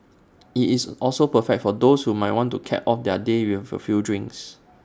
IT is also perfect for those who might want to cap off their day with A few drinks